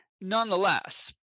Nonetheless